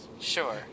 Sure